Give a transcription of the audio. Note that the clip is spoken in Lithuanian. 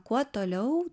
kuo toliau